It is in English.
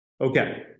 okay